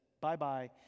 bye-bye